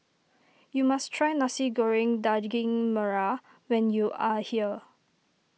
you must try Nasi Goreng Daging Merah when you are here